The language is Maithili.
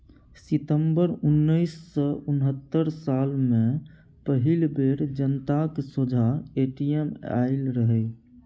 सितंबर उन्नैस सय उनहत्तर साल मे पहिल बेर जनताक सोंझाँ ए.टी.एम आएल रहय